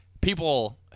People